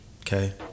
Okay